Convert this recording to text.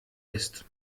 ist